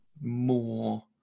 more